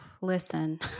listen